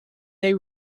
they